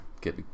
get